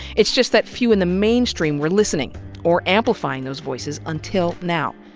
it's just that few in the mainstream were listening or amplifying those voices until now.